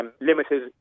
limited